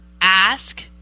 ask